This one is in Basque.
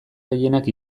gehienak